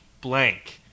blank